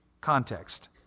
context